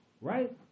right